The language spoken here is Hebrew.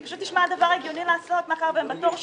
זה פשוט נשמע דבר הגיוני לעשות ומאחר והם בתור שנים.